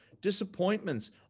disappointments